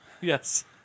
Yes